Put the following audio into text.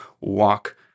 walk